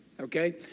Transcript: okay